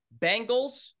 Bengals